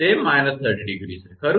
તો તે −30° છે ખરું